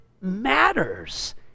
matters